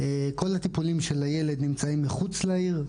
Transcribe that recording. כל הטיפולים של הילד נמצאים מחוץ לעיר,